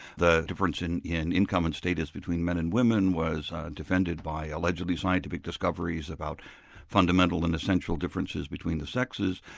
the difference in in income and status between men and women was defended by allegedly scientific discoveries about fundamental and essential differences between the sexes,